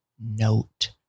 note